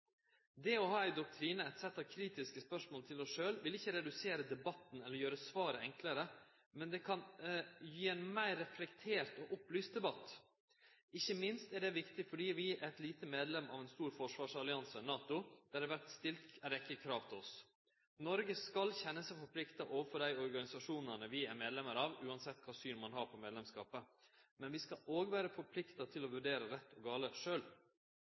Det å ha ein doktrine, eit sett av kritiske spørsmål til oss sjølve, vil ikkje redusere debatten eller gjere svaret enklare, men det kan gje ein meir reflektert og opplyst debatt. Ikkje minst er dette viktig fordi vi er ein liten medlem av ein stor forsvarsallianse, NATO, der det vert stilt ei rekkje krav til oss. Noreg skal kjenne seg forplikta overfor dei organisasjonane vi er medlem av, uansett kva for syn ein har på medlemskapen, men vi skal òg vere forplikta til sjølve å vurdere kva som er rett og gale.